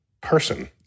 person